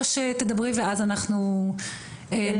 או שתדברי ואז אנחנו נציג אותה?